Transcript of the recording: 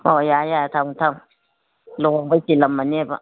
ꯍꯣꯏ ꯌꯥꯔꯦ ꯌꯥꯔꯦ ꯊꯝꯃꯣ ꯊꯝꯃꯣ ꯂꯨꯍꯣꯡꯕꯩ ꯆꯤꯜꯂꯝꯃꯅꯦꯕ